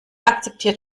akzeptiert